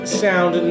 sound